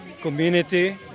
community